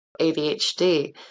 ADHD